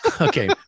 Okay